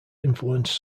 influenced